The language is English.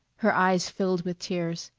her eyes filled with tears.